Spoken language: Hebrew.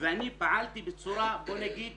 ואני פעלתי בצורה בוא נגיד